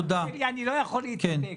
אני לא יכול להתאפק,